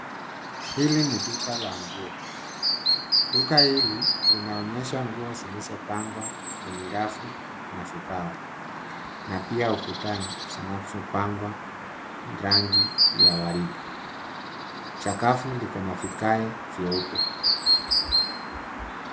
Hili ni duka la nguo. Duka hili linaonyesha nguo zikizopangwa kwenye rafu na vibao na pia ukutani zinazo pakwa rangi ya waridi. Sakafu liko na vigae vyeupe.